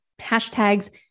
hashtags